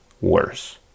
worse